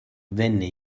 venne